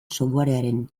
softwarearen